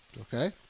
Okay